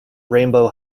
rainbow